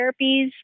therapies